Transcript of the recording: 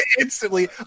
Instantly